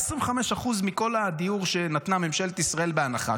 25% מכל הדיור שממשלת ישראל נתנה בהנחה,